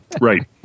Right